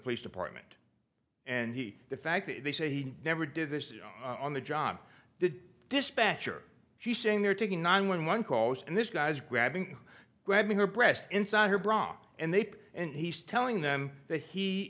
police department and the fact that they say he never did this on the job the dispatcher she's sitting there taking nine one one calls and this guy's grabbing grabbing her breast inside her bra and they and he's telling them that he